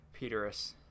Peteris